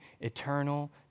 eternal